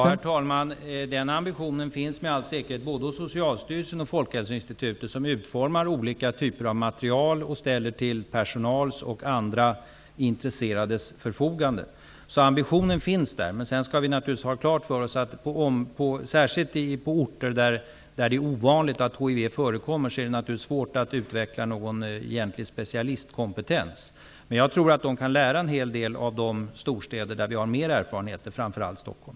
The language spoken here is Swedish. Herr talman! Den ambitionen finns med all säkerhet både hos Socialstyrelsen och hos Folkhälsoinstitutet, som utformar olika typer av material som man ställer till olika personalgruppers och andra intresserades förfogande. Ambitionen finns där. Sedan skall vi ha klart för oss att det särskilt på orter där det är ovanligt att hiv förekommer naturligtvis är svårt att utveckla någon specialistkompetens i egentlig mening. Men jag tror att de kan lära en hel del av de storstäder där vi har mer erfarenheter, framför allt Stockholm.